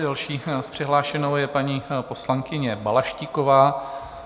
Další přihlášenou je paní poslankyně Balaštíková.